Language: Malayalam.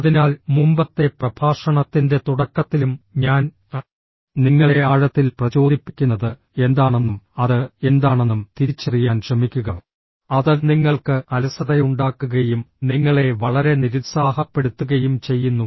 അതിനാൽ മുമ്പത്തെ പ്രഭാഷണത്തിന്റെ തുടക്കത്തിലും ഞാൻ നിങ്ങളെ ആഴത്തിൽ പ്രചോദിപ്പിക്കുന്നത് എന്താണെന്നും അത് എന്താണെന്നും തിരിച്ചറിയാൻ ശ്രമിക്കുക അത് നിങ്ങൾക്ക് അലസതയുണ്ടാക്കുകയും നിങ്ങളെ വളരെ നിരുത്സാഹപ്പെടുത്തുകയും ചെയ്യുന്നു